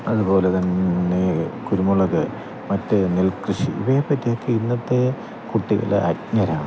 അതുപോലെ തന്നെ കുരുമുളക് മറ്റ് നെൽ കൃഷി ഇവയെ പറ്റിയൊക്കെ ഇന്നത്തെ കുട്ടികള് അജ്ഞരാണ്